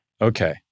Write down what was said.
Okay